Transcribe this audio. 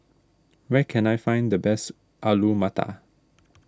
where can I find the best Alu Matar